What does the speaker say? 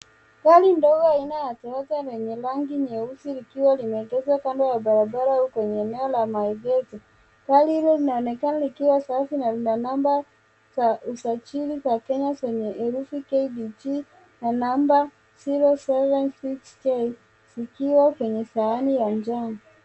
Gari ndogo aina ya toyota lenye rangi nyeusi likiwa limeegezwa kando ya barabara kwenye eneo la maegezo. Gari hilo linaonekana likiwa safi na lina namba za usajili za kenya zenye herufi KDG na namba 076K zikiwa kwenye sahani ya njano.